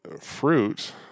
fruit